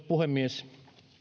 puhemies